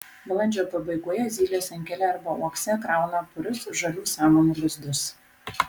balandžio pabaigoje zylės inkile arba uokse krauna purius žalių samanų lizdus